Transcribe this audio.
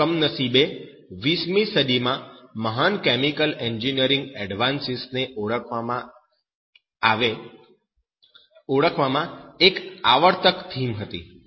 તે કમનસીબે 20 મી સદીમાં મહાન કેમિકલ એન્જિનિયરિંગ એડવાન્સિસ ને ઓળખવામાં એક આવર્તક થીમ હતી